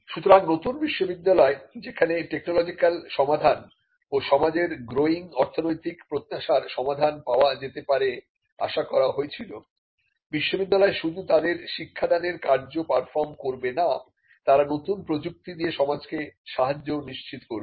সুতরাং নতুন বিশ্ববিদ্যালয় যেখানে টেকনোলজিক্যাল সমাধান ও সমাজের গ্রোয়িং অর্থনৈতিক প্রত্যাশার সমাধান পাওয়া যেতে পারেআশা করা হয়েছিল বিশ্ববিদ্যালয় শুধু তাদের শিক্ষাদানের কার্য পারফর্ম করবে না তারা নতুন প্রযুক্তি দিয়ে সমাজকে সাহায্য নিশ্চিত করবে